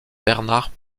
bernard